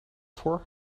voor